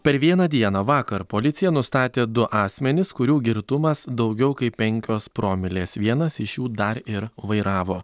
per vieną dieną vakar policija nustatė du asmenis kurių girtumas daugiau kaip penkios promilės vienas iš jų dar ir vairavo